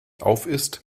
aufisst